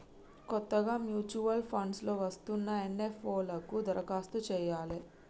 కొత్తగా mutual funds లో వస్తున్న ఎన్.ఎఫ్.ఓ లకు దరఖాస్తు చెయ్యాలే